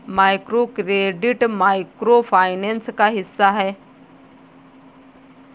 microcredit micro finance का हिस्सा है